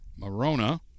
Marona